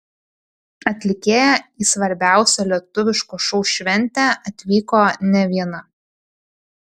atlikėja į svarbiausią lietuviško šou šventę atvyko ne viena